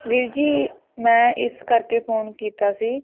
ਵੀਰ ਜੀ ਮੈਂ ਇਸ ਕਰਕੇ ਫੋਨ ਕੀਤਾ ਸੀ